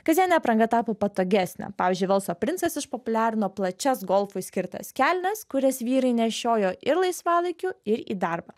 kasdienė apranga tapo patogesnė pavyzdžiui velso princas išpopuliarino plačias golfui skirtas kelnes kurias vyrai nešiojo ir laisvalaikiu ir į darbą